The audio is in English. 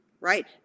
Right